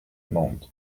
mende